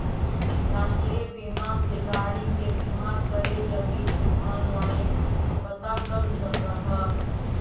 राष्ट्रीय बीमा से गाड़ी के बीमा करे लगी तु ऑनलाइन पता कर सकऽ ह